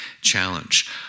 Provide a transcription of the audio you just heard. challenge